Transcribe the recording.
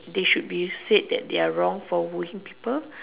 they should be said that they are wrong for wooing people